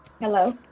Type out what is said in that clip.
Hello